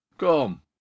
come